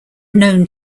known